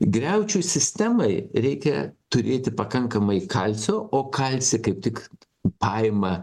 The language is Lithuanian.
griaučių sistemai reikia turėti pakankamai kalcio o kalcį kaip tik paima